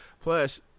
Plus